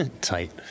tight